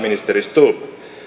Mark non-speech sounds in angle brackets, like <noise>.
<unintelligible> ministeri stubb